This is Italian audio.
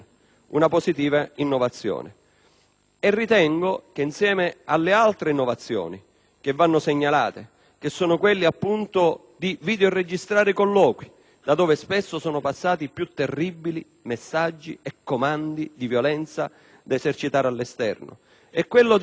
e ritengo che, insieme alle altre innovazioni che vanno segnalate, quelle appunto di videoregistrare i colloqui, laddove spesso sono passati i più terribili messaggi e comandi di violenza da esercitare all'esterno, si persegue lo scopo di garantire un controllo